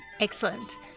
Excellent